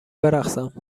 برقصم